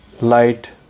light